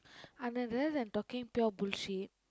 Anand rather than talking pure bullshit